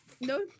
No